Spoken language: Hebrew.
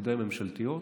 ודאי ממשלתיות,